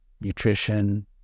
nutrition